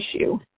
issue